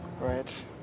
Right